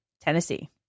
Tennessee